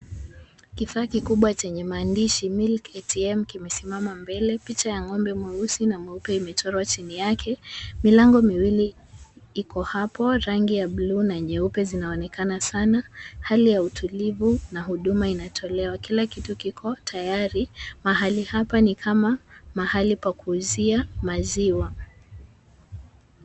Kifaa kikubwa chenye maandishi Milk ATM kimesimama mbele. Picha ya ng'ombe mweusi na mwito imechorwa chini yake. Milango miwili ipo hapo, rangi ya bluu na nyeupe zinaonekana sana. Hali ya utulivu na huduma inatolewa. Kila kitu kiko tayari. Mahali hapa ni kama mahali pa kuuzia maziwa.